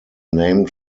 named